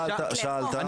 שאלת, תן לה לענות.